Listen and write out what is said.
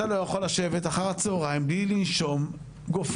אתה לא יכול לשבת אחר הצהריים בלי לנשום גופרית,